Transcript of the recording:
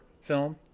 film